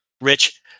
Rich